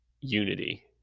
unity